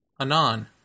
Anon